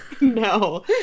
no